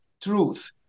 truth